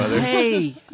Hey